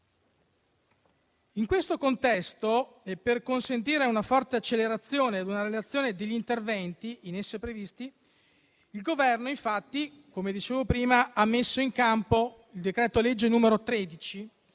In questo contesto e per consentire una forte accelerazione nella realizzazione degli interventi in esso previsti, il Governo infatti ha messo in campo il decreto-legge n. 13,